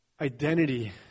identity